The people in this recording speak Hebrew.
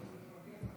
ההצעה להעביר